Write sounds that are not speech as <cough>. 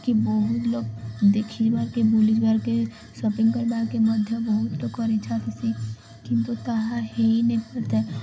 କି ବହୁତ ଲୋକ ଦେଖିବାର୍ କେ ବୁଲିିବାର୍ କେ ସପିଙ୍ଗ କରବାର୍ କେ ମଧ୍ୟ ବହୁତ କରି ଇଛା ଥିସି କିନ୍ତୁ ତାହା ହେଇ ନି <unintelligible>